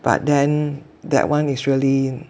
but then that one is really